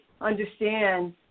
understand